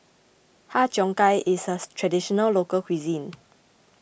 Har Cheong Gai is a Traditional Local Cuisine